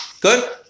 good